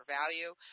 value